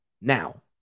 Now